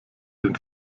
den